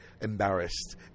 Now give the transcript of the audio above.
embarrassed